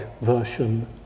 version